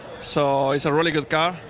so it's a really good car.